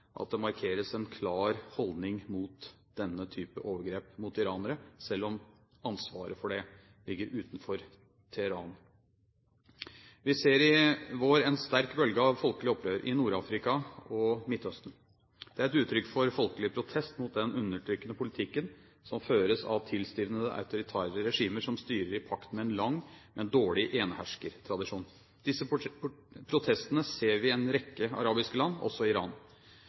at det markeres en klar holdning mot denne typen overgrep mot iranere, selv om ansvaret for det ligger utenfor Teheran. Vi ser i vår en sterk bølge av folkelig opprør i Nord-Afrika og Midtøsten. Det er et uttrykk for folkelig protest mot den undertrykkende politikken som føres av tilstivnede, autoritære regimer som styrer i pakt med en lang, men dårlig eneherskertradisjon. Disse protestene ser vi i en rekke arabiske land, også i